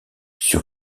sur